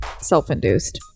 Self-induced